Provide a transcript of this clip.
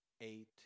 eight